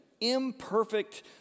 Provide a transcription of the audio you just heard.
imperfect